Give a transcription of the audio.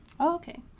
Okay